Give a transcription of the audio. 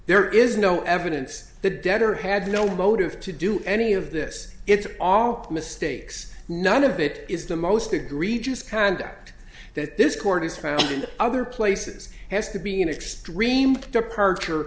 there is no evidence the debtor had no motive to do any of this it's all mistakes none of it is the most egregious conduct that this court has found in other places has to be an extreme departure